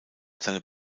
seine